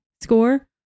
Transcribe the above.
score